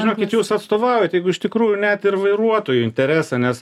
žinokit jūs atstovaujat jeigu iš tikrųjų net ir vairuotojų interesą nes